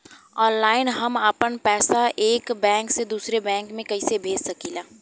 Online हम आपन पैसा एक बैंक से दूसरे बैंक में कईसे भेज सकीला?